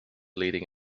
leading